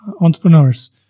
entrepreneurs